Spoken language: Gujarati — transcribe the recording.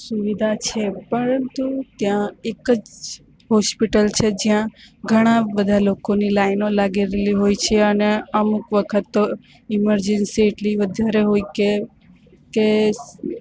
સુવિધા છે પરંતુ ત્યાં એક જ હોસ્પિટલ છે જ્યાં ઘણાં બધા લોકોની લાઈનો લાગેલી હોય છે અને અમુક વખત તો ઇમરજન્સી એટલી વધારે હોય કે તે